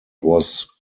was